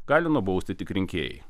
gali nubausti tik rinkėjai